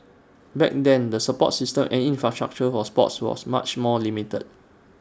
back then the support system and infrastructure for sports was much more limited